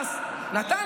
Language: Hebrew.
נתתם